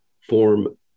form